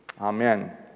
amen